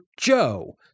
Joe